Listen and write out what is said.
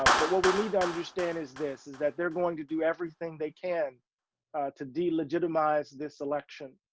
um but what we need to understand is this is that they're going to do everything they can to de-legitimize this election.